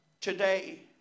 today